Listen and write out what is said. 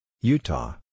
Utah